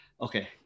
okay